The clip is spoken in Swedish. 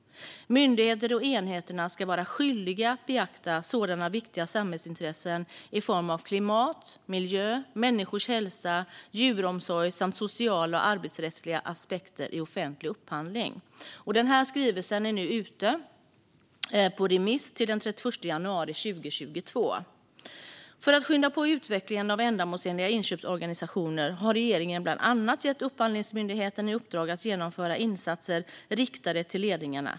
Myndigheter och enheter ska vara skyldiga att beakta viktiga samhällsintressen i form av klimat, miljö, människors hälsa, djuromsorg samt sociala och arbetsrättsliga aspekter i offentlig upphandling. Denna skrivelse är nu ute på remiss till den 31 januari 2022. För att skynda på utvecklingen av ändamålsenliga inköpsorganisationer har regeringen bland annat gett Upphandlingsmyndigheten i uppdrag att genomföra insatser riktade till ledningarna.